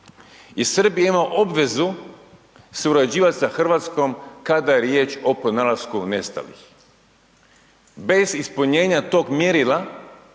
i Srbija ima obvezu surađivat sa RH kada je riječ o pronalasku nestalih. Bez ispunjenja tog mjerila